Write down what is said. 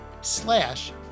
slash